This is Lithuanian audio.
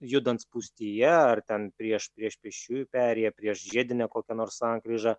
judant spūstyje ar ten prieš prieš pėsčiųjų perėją prieš žiedinę kokią nors sankryžą